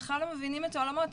הם בכלל לא מבינים את העולמות,